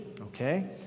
okay